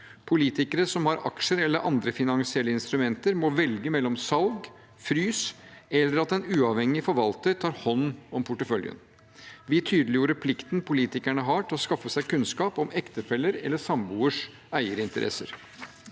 Politikere som har aksjer eller andre finansielle instrumenter, må velge mellom salg, frys eller at en uavhengig forvalter tar hånd om porteføljen. Vi tydeliggjorde plikten politikerne har til å skaffe seg kunnskap om ektefelle eller samboers eierinteresser.